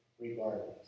regardless